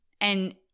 And-